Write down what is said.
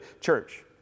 church